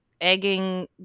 Egging